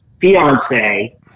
fiance